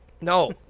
No